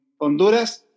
Honduras